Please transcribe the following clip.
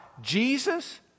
Jesus